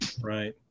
Right